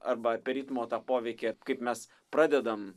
arba apie ritmo tą poveikį kaip mes pradedam